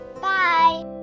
Bye